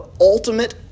ultimate